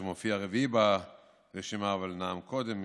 שמופיע רביעי ברשימה אבל נאם קודם,